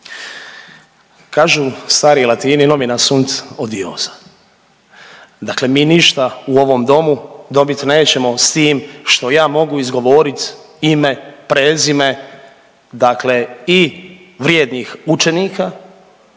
Kažu stari Latini „nomina sunt odiosa“. Dakle, mi ništa u ovom Domu dobit nećemo s tim što ja mogu izgovorit ime, prezime dakle i vrijednih učenika,